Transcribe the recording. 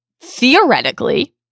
theoretically